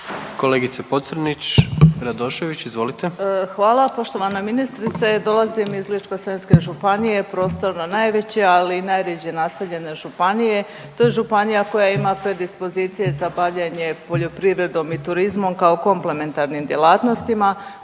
izvolite. **Pocrnić-Radošević, Anita (HDZ)** Hvala. Poštovana ministrice je dolazim iz Ličko-senjske županije prostorno najveće ali i najrjeđe naseljene županije. To je županija koja ima predispozicije za bavljenje poljoprivrednom i turizmom kao komplemetarnim djelatnostima.